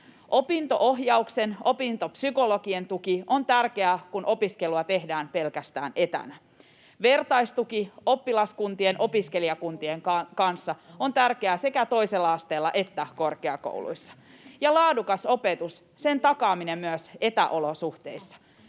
Opinto-ohjauksen, opintopsykologien tuki on tärkeää, kun opiskelua tehdään pelkästään etänä. Vertaistuki oppilaskuntien, opiskelijakuntien kanssa on tärkeää sekä toisella asteella että korkeakouluissa — ja laadukas opetus, sen takaaminen myös etäolosuhteissa.